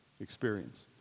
experience